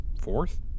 Fourth